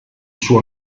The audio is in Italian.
suo